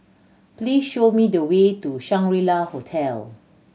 please show me the way to Shangri La Hotel